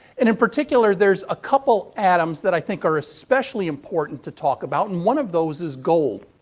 and in particular, there's a couple atoms that i think are especially important to talk about. and, one of those is gold.